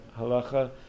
Halacha